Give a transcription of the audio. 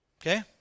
Okay